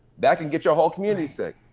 that can get your whole community sick.